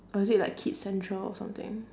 or is it like kids central or something